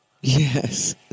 Yes